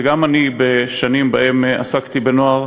וגם אני, בשנים שבהן עסקתי בנוער,